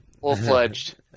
full-fledged